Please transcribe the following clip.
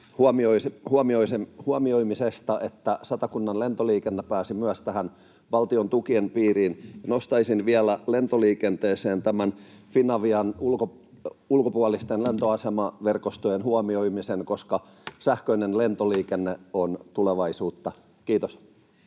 huomioimisesta, että Satakunnan lentoliikenne pääsi myös valtiontukien piiriin. Ja nostaisin vielä lentoliikenteeseen liittyen Finavian ulkopuolisten lentoasemaverkostojen huomioimisen, koska sähköinen lentoliikenne on tulevaisuutta. — Kiitos.